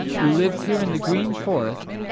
who lives here in the green forest,